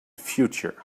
future